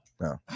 No